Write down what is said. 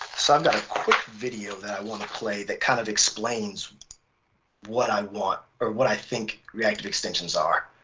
so i've got a quick video that i want to play that kind of explains what i want or what i think reactive extensions are.